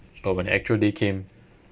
but when actual day came